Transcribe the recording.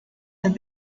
have